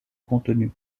contenu